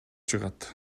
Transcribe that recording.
чыгат